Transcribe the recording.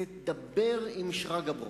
תדבר עם שרגא ברוש.